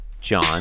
John